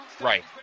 Right